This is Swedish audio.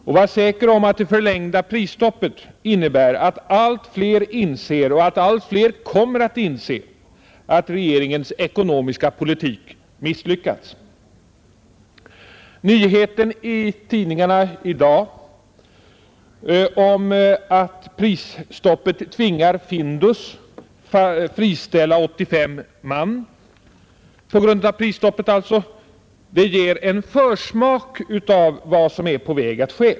Och var säker om att det förlängda prisstoppet innebär att allt fler inser och allt fler kommer att inse att regeringens ekonomiska politik misslyckats. Nyheten i tidningarna i dag om att prisstoppet tvingar Findus friställa 85 man ger en försmak av vad som är på väg att ske.